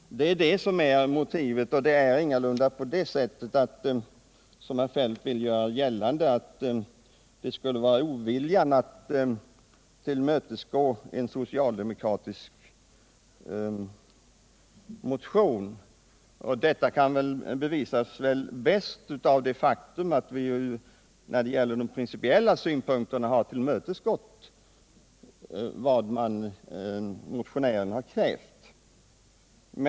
Detta är motivet, och det är ingalunda på det sätt som herr Feldt vill göra gällande, att det skulle vara oviljan att tillmötesgå en socialdemokratisk motion. Detta bevisas väl bäst av det faktum att utskottet när det gäller de principiella synpunkterna har tillmötesgått vad motionären har krävt.